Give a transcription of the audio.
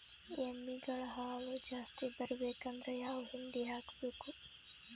ಎಮ್ಮಿ ಗಳ ಹಾಲು ಜಾಸ್ತಿ ಬರಬೇಕಂದ್ರ ಯಾವ ಹಿಂಡಿ ಹಾಕಬೇಕು?